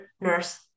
nurse